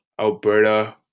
Alberta